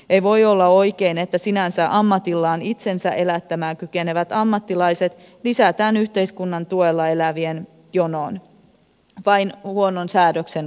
ei voi olla oikein että sinänsä ammatillaan itsensä elättämään kykenevät ammattilaiset lisätään yhteiskunnan tuella elävien jonoon vain huonon säädöksen vuoksi